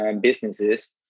businesses